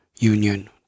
union